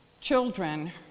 Children